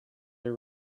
are